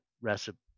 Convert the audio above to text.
recipe